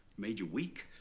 made you weak.